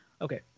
Okay